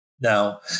Now